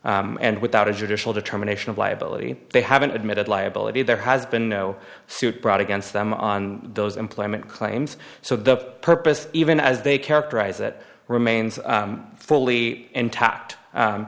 and without a judicial determination of liability they haven't admitted liability there has been no suit brought against them on those employment claims so the purpose even as they characterize it remains fully intact